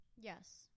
Yes